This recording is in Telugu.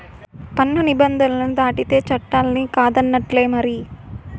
పన్ను నిబంధనలు దాటితే చట్టాలన్ని కాదన్నట్టే మరి